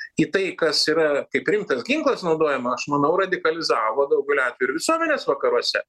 į tai kas yra kaip rimtas ginklas naudojama aš manau radikalizavo daugeliu atvejų ir visuomenės vakaruose